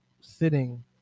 sitting